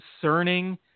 concerning